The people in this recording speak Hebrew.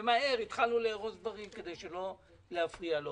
ומהר התחלנו לארוז דברים כדי לא להפריע לו.